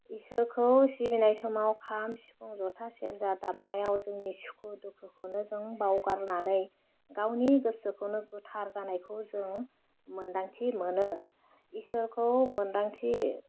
ईश्वोरखौ सिबिनाय समाव खाम सिफुं ज'था सेजा दामनायाव जों सुखु दुखुखौनो जों बावगारनानै गावनि गोसोखौनो गोथार जानायखौ जों मोनदांथि मोनो ईश्वोरखौ मोन्दांथि